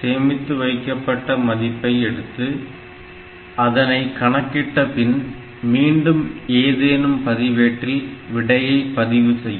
சேமித்து வைக்கப்பட்ட மதிப்பை எடுத்து அதனை கணக்கிட்ட பின் மீண்டும் ஏதேனும் பதிவேட்டில் விடையை பதிவு செய்யும்